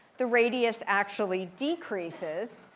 the radius actually decreases.